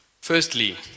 firstly